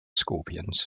scorpions